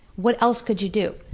what else could you do?